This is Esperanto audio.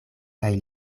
kaj